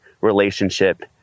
relationship